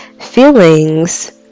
feelings